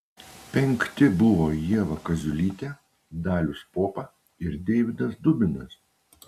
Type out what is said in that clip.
penkti buvo ieva kaziulytė dalius popa ir deividas dubinas